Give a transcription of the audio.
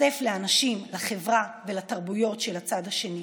ניחשף לאנשים, לחברה ולתרבויות של הצד השני.